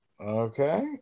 Okay